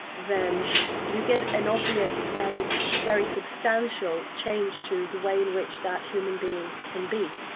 then you get an obvious and very substantial change to the way in which that human being can be.